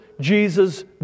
Jesus